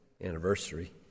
anniversary